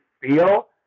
feel